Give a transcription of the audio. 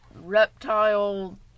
reptile